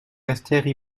restèrent